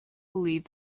believed